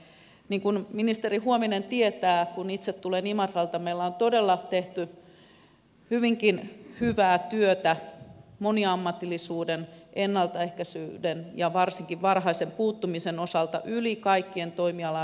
niin kuin ministeri huovinen tietää itse tulen imatralta meillä on todella tehty hyvinkin hyvää työtä moniammatillisuuden ennaltaehkäisyn ja varsinkin varhaisen puuttumisen osalta yli kaikkien toimialarajojen